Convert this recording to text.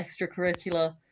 extracurricular